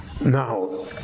Now